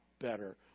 better